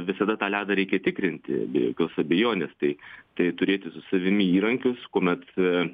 visada tą ledą reikia tikrinti be jokios abejonės tai tai turėti su savimi įrankius kuomet